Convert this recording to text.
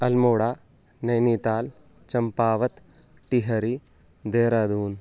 Almora Nainital Champawat Tehri Dehradun